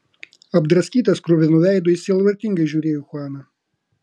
apdraskytas kruvinu veidu jis sielvartingai žiūrėjo į chuaną